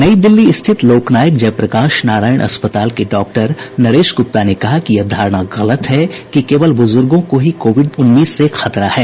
नई दिल्ली स्थित लोकनायक जयप्रकाश नारायण अस्पताल के डॉक्टर नरेश गुप्ता ने कहा है कि यह धारणा गलत है कि केवल बुजुर्गो को ही कोविड उन्नीस से खतरा है